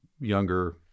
Younger